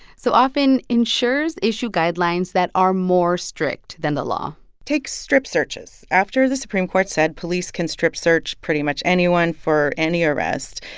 so often, insurers issue guidelines that are more strict than the law take strip searches. after the supreme court said police can strip search pretty much anyone for any arrest,